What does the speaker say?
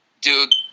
Dude